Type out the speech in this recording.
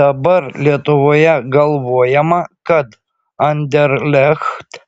dabar lietuvoje galvojama kad anderlecht